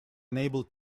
unable